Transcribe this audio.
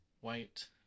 white